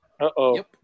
Uh-oh